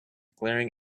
glaring